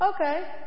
Okay